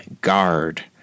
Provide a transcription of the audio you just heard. guard